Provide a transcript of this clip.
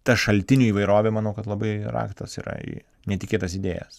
ta šaltinių įvairovė manau kad labai raktas yra į netikėtas idėjas